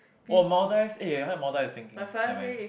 !wow! Maldives eh I heard Maldives is sinking never mind